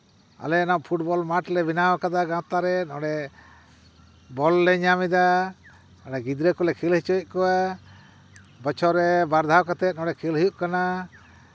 ᱟᱞᱮ ᱚᱱᱟ football match ᱞᱮ ᱵᱮᱱᱟᱣ ᱠᱟᱫᱟ ᱜᱟᱶᱛᱟ ᱨᱮᱱ ᱚᱸᱰᱮ ᱵᱚᱞ ᱞᱮ ᱧᱟᱢ ᱮᱫᱟ ᱟᱞᱮ ᱜᱤᱫᱽᱨᱟᱹ ᱠᱚᱞᱮ ᱠᱷᱮᱞ ᱦᱚᱪᱚᱭᱮᱜ ᱠᱚᱣᱟ ᱵᱚᱪᱷᱚᱨ ᱨᱮ ᱵᱟᱨ ᱫᱷᱟᱣ ᱠᱟᱛᱮᱜ ᱚᱸᱰᱮ ᱠᱷᱮᱞ ᱦᱩᱭᱩᱜ ᱠᱟᱱᱟ